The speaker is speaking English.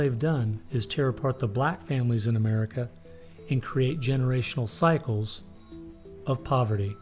they've done is tear apart the black families in america in create generational cycles of poverty